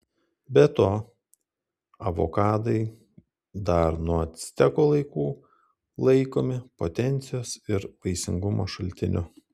be to avokadai dar nuo actekų laikų laikomi potencijos ir vaisingumo šaltiniu